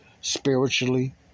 spiritually